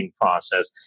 process